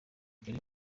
kare